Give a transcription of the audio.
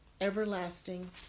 everlasting